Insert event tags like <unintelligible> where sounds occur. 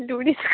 <unintelligible>